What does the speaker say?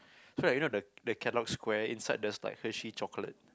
so like you know the the Kellogg squares inside there's like Hershey chocolate